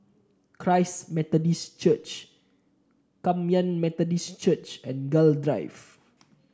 Christ Methodist Church Kum Yan Methodist Church and Gul Drive